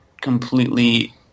completely